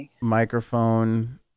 microphone